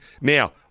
now